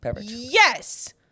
yes